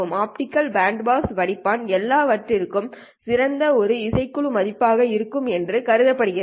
optical band pass வடிப்பான் எல்லாவற்றிற்கும் சிறந்த ஒரே இசைக்குழு மதிப்பாக இருக்கும் என்று கருதப்படுகிறது